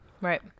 Right